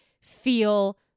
feel